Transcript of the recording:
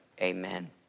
amen